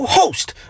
host